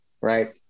right